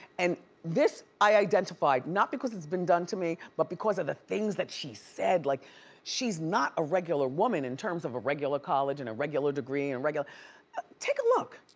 and this i identified, not because it's been done to me but because of the things that she said, like she's not a regular woman in terms of a regular college and a regular degree. and take a look.